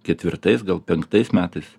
ketvirtais penktais metais